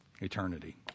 eternity